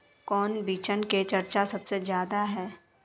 कौन बिचन के चर्चा सबसे ज्यादा है?